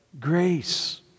grace